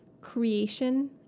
creation